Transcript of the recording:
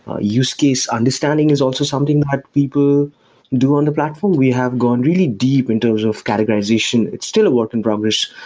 ah use case understanding is also something that people do on the platform. we have gone really deep in terms of categorization. it's still a work in progress,